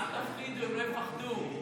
אז הם מפוחדים.